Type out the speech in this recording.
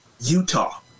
Utah